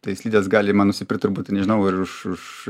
tai slides galima nusipirkt turbūt nežinau ir už už